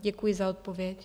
Děkuji za odpověď.